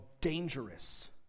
dangerous